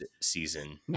season